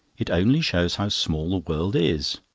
it only shows how small the world is.